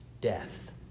death